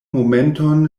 momenton